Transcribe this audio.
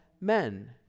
men